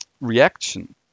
reaction